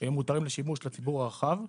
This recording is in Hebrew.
הם מותרים לשימוש לציבור הרחב.